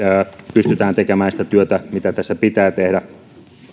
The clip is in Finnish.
pystytään tekemään sitä työtä mitä tässä pitää tehdä